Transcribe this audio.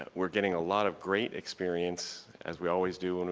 ah we're getting a lot of great experience as we always do,